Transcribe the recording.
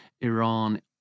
Iran